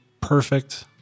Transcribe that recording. perfect